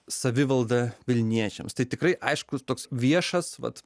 savivalda vilniečiams tai tikrai aiškus toks viešas vat